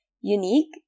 unique